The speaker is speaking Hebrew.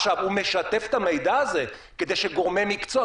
הוא משתף את המידע הזה כדי שגורמי מקצוע,